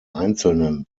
einzelnen